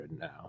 now